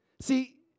See